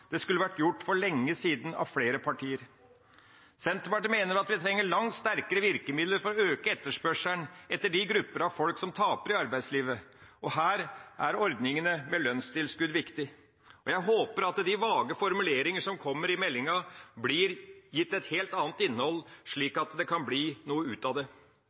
Det skulle vært gjort for lenge siden av flere partier. Senterpartiet mener at vi trenger langt sterkere virkemidler for å øke etterspørselen etter de gruppene av folk som taper i arbeidslivet. Her er ordningene med lønnstilskudd viktig. Jeg håper at de vage formuleringene som kommer i meldingsdelen, blir gitt et helt annet innhold, slik at det kan bli noe ut av det.